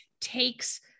takes